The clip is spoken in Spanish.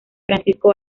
francisco